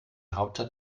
hauptstadt